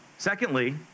Secondly